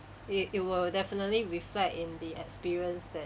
it it will definitely reflect in the experience that